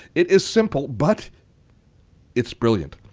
it is simple but it's brilliant.